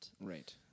right